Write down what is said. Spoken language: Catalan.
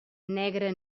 negra